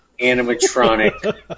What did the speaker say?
animatronic